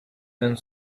and